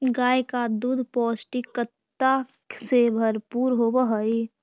गाय का दूध पौष्टिकता से भरपूर होवअ हई